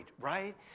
right